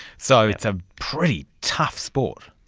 so it's a pretty tough sport.